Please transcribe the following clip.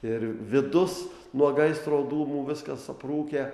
ir vidus nuo gaisro dūmų viskas aprūkę